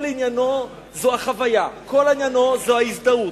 החוויה וההזדהות.